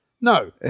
No